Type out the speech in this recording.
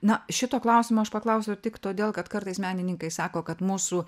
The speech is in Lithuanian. na šito klausimo aš paklausiau tik todėl kad kartais menininkai sako kad mūsų